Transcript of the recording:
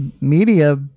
media